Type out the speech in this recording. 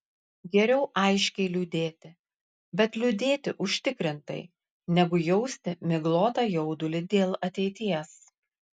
geriau aiškiai liūdėti bet liūdėti užtikrintai negu jausti miglotą jaudulį dėl ateities